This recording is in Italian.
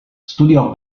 studiò